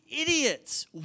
idiots